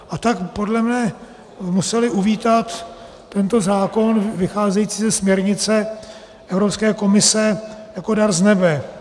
A tak podle mne museli uvítat tento zákon vycházející ze směrnice Evropské komise jako dar z nebe.